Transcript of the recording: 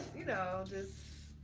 you know, just.